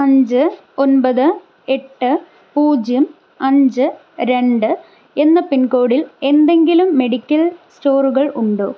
അഞ്ച് ഒൻപത് എട്ട് പൂജ്യം അഞ്ച് രണ്ട് എന്ന പിൻകോഡിൽ എന്തെങ്കിലും മെഡിക്കൽ സ്റ്റോറുകൾ ഉണ്ടോ